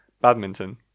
Badminton